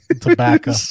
tobacco